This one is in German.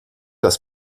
dass